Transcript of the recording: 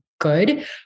good